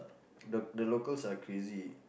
the the locals are crazy